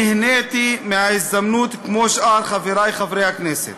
נהניתי מההזדמנות, כמו שאר חברי חברי הכנסת,